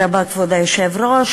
כבוד היושב-ראש,